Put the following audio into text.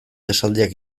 esaldiak